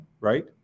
right